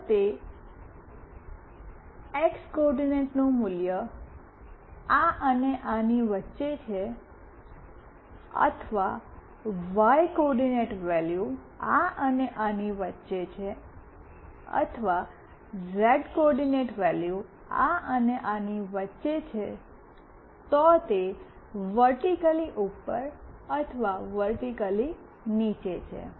જો તે x coordinates મૂલ્ય આ અને આ વચ્ચે છે અથવા વાય કોઓર્ડિનેટ વેલ્યુ આ અને આ વચ્ચે છે અથવા ઝેડ કોઓર્ડિનેટ વેલ્યુ આ અને આની વચ્ચે છે તો તે વર્ટિક્લી ઉપર અથવા વર્ટિક્લી નીચે છે